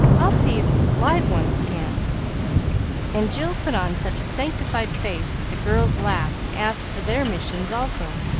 i'll see if live ones can't and jill put on such a sanctified face that the girls laughed and asked for their missions also,